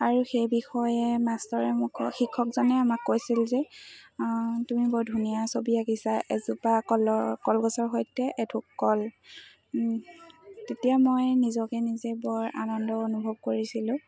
আৰু সেই বিষয়ে মাষ্টৰে মুখ শিক্ষকজনে আমাক কৈছিল যে তুমি বৰ ধুনীয়া ছবি আঁকিছা এজোপা কলৰ কলগছৰ সৈতে এঠুোক কল তেতিয়া মই নিজকে নিজে বৰ আনন্দ অনুভৱ কৰিছিলোঁ